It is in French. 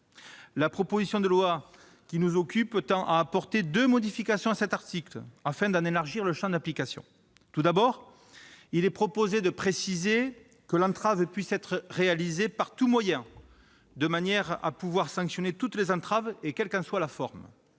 La proposition de loi tend à apporter deux modifications à cet article, afin d'en élargir le champ d'application. Tout d'abord, il est proposé de préciser que l'entrave est réalisée « par tous moyens », de manière à pouvoir sanctionner toutes les entraves, quelle qu'en soit la forme.